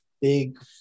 big